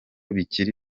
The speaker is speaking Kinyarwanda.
bikiri